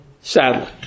sadly